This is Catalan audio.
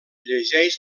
llegeix